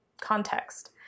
context